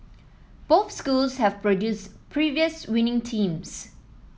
both schools have produced previous winning teams